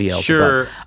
sure